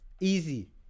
Easy